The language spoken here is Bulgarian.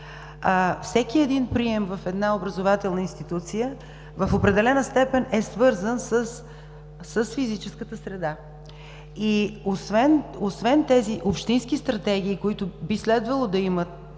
Всеки прием в една образователна институция в определена степен е свързан с физическата среда. Освен тези общински стратегии, които би следвало да има